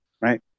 Right